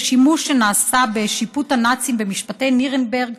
זה מונח ששימש בשיפוט הנאצים במשפטי נירנברג,